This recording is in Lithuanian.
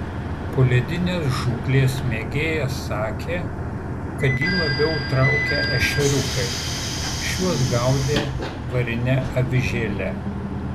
poledinės žūklės mėgėjas sakė kad jį labiau traukia ešeriukai šiuos gaudė varine avižėle